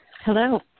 hello